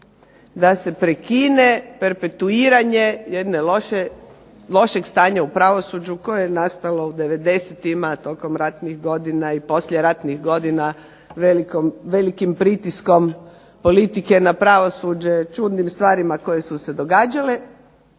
da se prekine perpetuiranje jedne loše, lošeg stanja u pravosuđu koje je nastalo u 90-ima tokom ratnih godina i poslije ratnih godina velikim pritiskom politike na pravosuđe, čudnim stvarima koje su se događale.